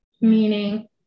meaning